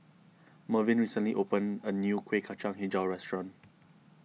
Mervyn recently opened a new Kueh Kacang HiJau restaurant